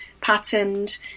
patterned